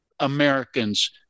americans